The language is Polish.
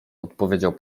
odpowiedział